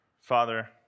Father